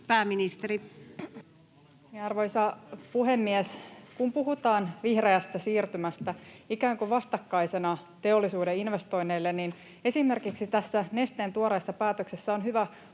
Pääministeri. Arvoisa puhemies! Kun puhutaan vihreästä siirtymästä ikään kuin vastakkaisena teollisuuden investoinneille, niin esimerkiksi tässä Nesteen tuoreessa päätöksessä on hyvä